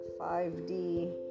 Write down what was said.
5d